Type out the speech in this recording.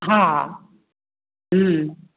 हँ हूँ